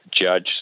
judge